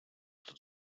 тут